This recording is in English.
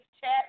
chat